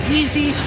easy